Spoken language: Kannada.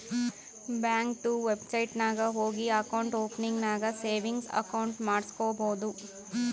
ಬ್ಯಾಂಕ್ದು ವೆಬ್ಸೈಟ್ ನಾಗ್ ಹೋಗಿ ಅಕೌಂಟ್ ಓಪನಿಂಗ್ ನಾಗ್ ಸೇವಿಂಗ್ಸ್ ಅಕೌಂಟ್ ಮಾಡುಸ್ಕೊಬೋದು